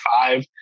five